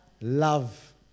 Love